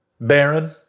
Baron